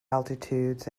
altitudes